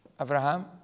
Abraham